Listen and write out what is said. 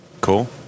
Cool